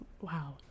wow